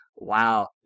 Wow